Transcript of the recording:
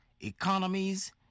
economies